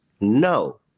No